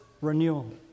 renewal